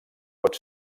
pot